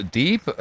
deep